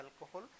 alcohol